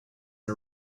and